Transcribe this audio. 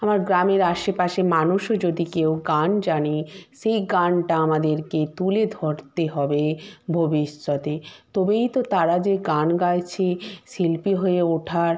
আমার গ্রামের আশেপাশে মানুষও যদি কেউ গান জানে সেই গানটা আমাদেরকে তুলে ধরতে হবে ভবিষ্যতে তবেই তো তারা যে গান গাইছে শিল্পী হয়ে ওঠার